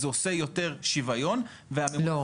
זה עושה יותר שוויון --- לא,